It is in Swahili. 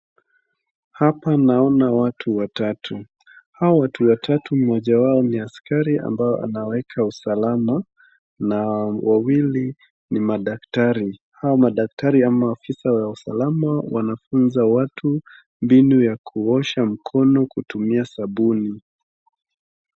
Hapa naona watu watatu. Hawa watu watatu mmoja wao ni askari ambao anaweka usalama na wawili ni madaktari. Hao madaktari ama ofisa wa usalama wanafunza watu mbinu ya kuosha mkono kutumia sabuni.